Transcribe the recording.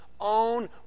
own